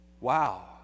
Wow